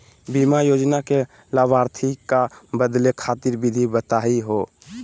बीमा योजना के लाभार्थी क बदले खातिर विधि बताही हो?